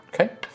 Okay